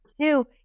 two